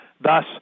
Thus